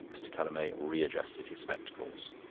mr. callamay readjusted his spectacles.